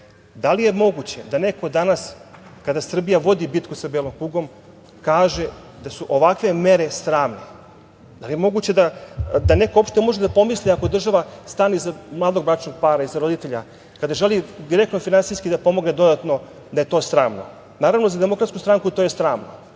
li je moguće da neko danas, kada Srbija vodi bitku sa belom kugom, kaže da su ovakve mere sramne? Da li je moguće da neko uopšte može da pomisli, ako država stane iza mladog bračnog para, iza roditelja, kada želi direktno finansijski da pomogne dodatno, da je to sramno? Naravno, za DS to je sramno,